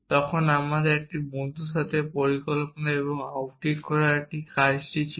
তখন আমাদের একটি বন্ধুর সাথে পরিকল্পনা এবং আউটিং করার এই কাজটি ছিল